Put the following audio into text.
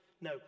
No